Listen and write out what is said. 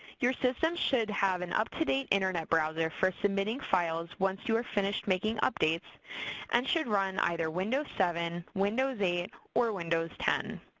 your system should have an up to date internet browser for submitting files once you are finished making updates and should run either windows seven, windows eight, or windows ten.